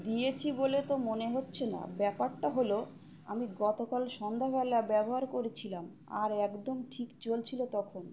দিয়েছি বলে তো মনে হচ্ছে না ব্যাপারটা হলো আমি গতকাল সন্ধ্যাবেলা ব্যবহার করছিলাম আর একদম ঠিক চলছিল তখন